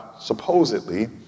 Supposedly